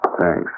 Thanks